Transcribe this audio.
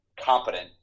competent